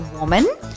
Woman